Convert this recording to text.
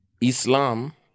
Islam